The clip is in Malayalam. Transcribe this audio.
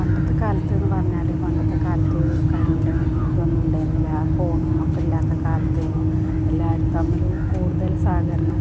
പണ്ടത്തെ കാലത്ത് എന്ന് പറഞ്ഞാല് പണ്ടത്തെ കാലത്ത് കറണ്ടും ഇതും ഒന്നും ഉണ്ടായിരുന്നില്ല ഫോണും ഒക്കെ ഇല്ലാത്ത കാലത്തായിരുന്നു എല്ലാവരും തമ്മിൽ കൂടുതൽ സഹകരണം